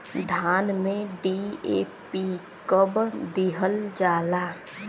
धान में डी.ए.पी कब दिहल जाला?